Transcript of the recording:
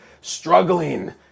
Struggling